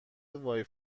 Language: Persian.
وای